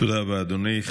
תודה רבה, אדוני.